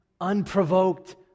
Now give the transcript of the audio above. unprovoked